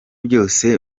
byose